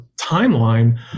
timeline